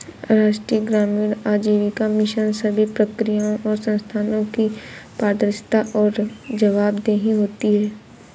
राष्ट्रीय ग्रामीण आजीविका मिशन सभी प्रक्रियाओं और संस्थानों की पारदर्शिता और जवाबदेही होती है